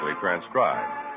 transcribed